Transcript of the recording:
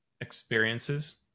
experiences